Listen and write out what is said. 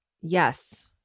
Yes